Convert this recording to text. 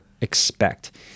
expect